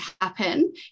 happen